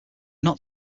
not